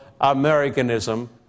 Americanism